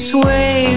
Sway